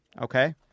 Okay